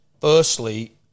Firstly